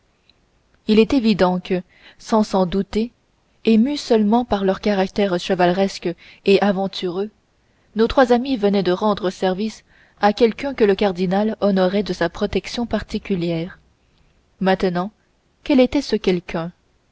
il était évident que sans s'en douter et mus seulement par leur caractère chevaleresque et aventureux nos trois amis venaient de rendre service à quelqu'un que le cardinal honorait de sa protection particulière maintenant quel était ce quelqu'un